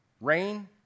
Rain